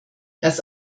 das